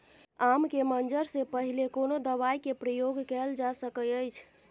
आम के मंजर से पहिले कोनो दवाई के प्रयोग कैल जा सकय अछि?